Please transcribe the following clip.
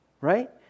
right